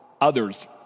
others